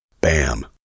Bam